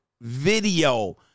video